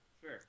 Sure